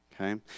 okay